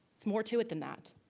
it's more to it than that.